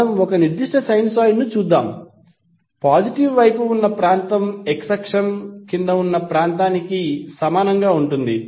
మనం ఒక నిర్దిష్ట సైనూసోయిడ్ను చూద్దాం పాజిటివ్ వైపు ఉన్న ప్రాంతం x అక్షం క్రింద ఉన్న ప్రాంతానికి సమానంగా ఉంటుంది